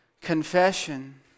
Confession